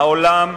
העולם,